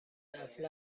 اصلا